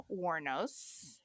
Warnos